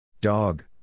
Dog